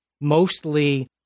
mostly